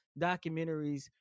documentaries